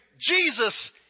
Jesus